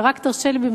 ורק תרשה לי,